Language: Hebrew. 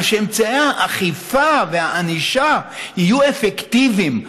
אלא שאמצעי האכיפה והענישה יהיו אפקטיביים.